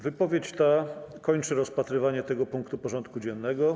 Wypowiedź ta kończy rozpatrywanie tego punktu porządku dziennego.